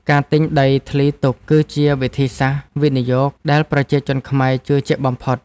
ការទិញដីធ្លីទុក គឺជាវិធីសាស្ត្រវិនិយោគដែលប្រជាជនខ្មែរជឿជាក់បំផុត។